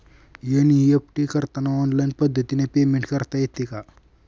NEFT करताना online पद्धतीने payment करता येते का?